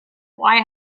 why